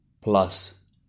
plus